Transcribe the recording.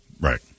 right